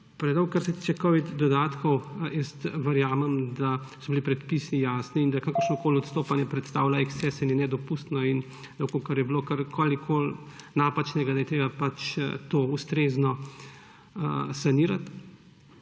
predolg. Kar se tiče covid dodatkov, jaz verjamem, da so bili predpisi jasni in da kakršnokoli odstopanje predstavlja eksces in je nedopustno. In če je bilo karkoli napačnega, je treba to ustrezno sanirati.